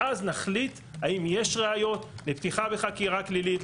ואז נחליט האם יש ראיות לפתיחה וחקירה פלילית,